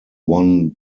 won